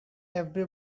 every